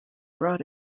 brought